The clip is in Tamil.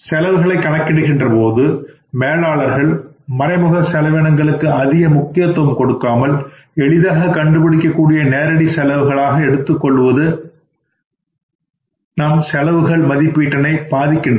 செலவுகளை கணக்கிடுகின்ற போது மேலாளர்கள் மறைமுக செலவினங்களுக்கு அதிக முக்கியத்துவம் கொடுக்காமல் எளிதாக கண்டுபிடிக்க கூடிய நேரடி செலவுகளாக எடுத்துக்கொள்வது நம் செலவுகள் மதிப்பீட்டினை பாதிக்கின்றது